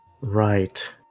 Right